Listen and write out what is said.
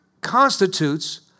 constitutes